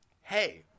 hey